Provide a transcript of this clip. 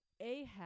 Ahab